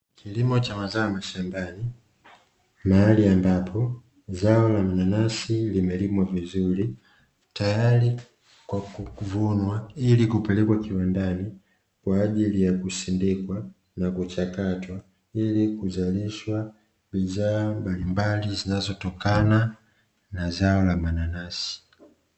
Kilimo cha mazao ya mashambani, mahali ambapo zao la manansi limelimwa vizuri tayari kwa kuvunwa, ili kupelekwa kiwandani kwa ajili ya kusindikwa na kuchakatwa ili kuzalishwa bidhaa mbalimbali zinazotokana na zao la mananasi.